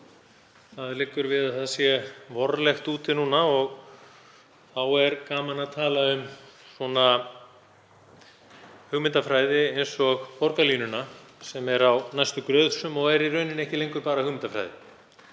Það liggur við að það sé vorlegt úti núna og þá er gaman að tala um svona hugmyndafræði eins og borgarlínuna, sem er á næstu grösum og er í raun ekki lengur bara hugmyndafræði.